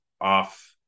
off